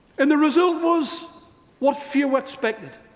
and the result was what few expected.